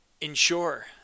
ensure